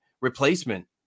replacement